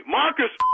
marcus